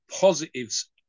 positives